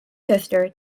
sister